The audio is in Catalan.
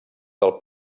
del